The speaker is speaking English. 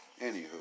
Anywho